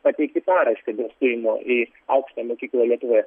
pateikti paraišką dėl stojimo į aukštąją mokyklą lietuvoje